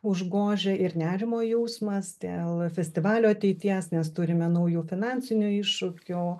užgožia ir nerimo jausmas dėl festivalio ateities nes turime naujų finansinių iššūkių